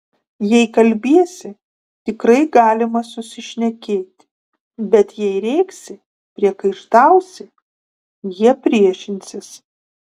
jei kalbiesi tikrai galima susišnekėti bet jei rėksi priekaištausi jie priešinsis